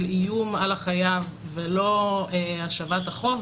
של איום על החייב ולא השבת החוב,